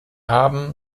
haben